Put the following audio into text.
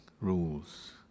rules